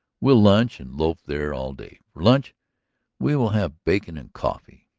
we'll lunch and loaf there all day. for lunch we will have bacon and coffee,